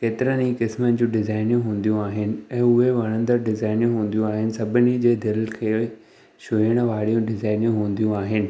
केतिरनि ई क़िस्मनि जूं डिज़ाइनियूं हूंदियूं आहिनि ऐं उहे वणंदड़ डिज़ाइनियूं हूंदियूं आहिनि सभिनी जे दिलि खे छुअण वारियूं डिज़ाइनियूं हूदियूं आहिनि